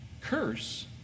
curse